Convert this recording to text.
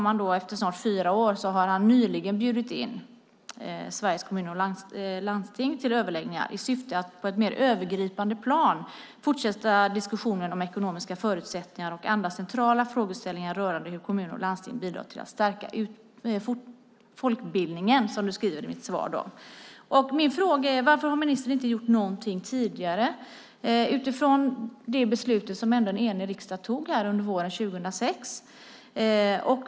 Men efter snart fyra år har han nyligen bjudit in Sveriges Kommuner och Landsting till överläggningar "i syfte att på ett mer övergripande plan fortsätta diskussionen om ekonomiska förutsättningar för och andra centrala frågeställningar rörande hur kommuner och landsting bidrar till att stärka folkbildningen", som han skriver i sitt svar. Min fråga är: Varför har ministern inte gjort någonting tidigare utifrån det beslut som en enig riksdag tog våren 2006?